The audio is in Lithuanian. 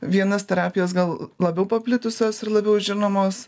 vienas terapijos gal labiau paplitusios ir labiau žinomos